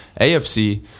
AFC